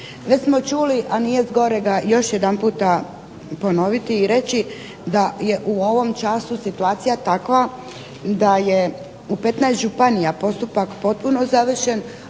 Već smo čuli a nije zgorega još jedanputa ponoviti i reći da je u ovom času situacija takva da je u 15 županija postupak potpuno završen,